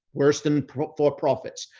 worse than for profits,